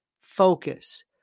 focus